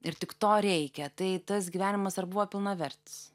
ir tik to reikia tai tas gyvenimas ar buvo pilnavertis